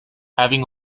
having